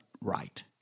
right